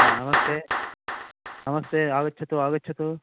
नमस्ते नमस्ते आगच्छतु आगच्छतु